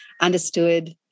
understood